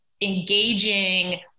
engaging